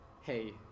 hey